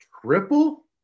triple